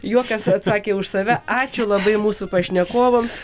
juokas atsakė už save ačiū labai mūsų pašnekovams